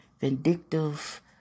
vindictive